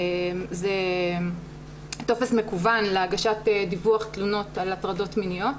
זה טופס מקוון להגשת דיווח תלונות על הטרדות מיניות.